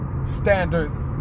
standards